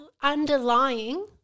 underlying